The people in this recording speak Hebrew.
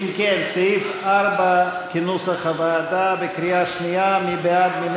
לסעיף 4, של קבוצת הרשימה המשותפת: